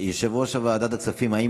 אין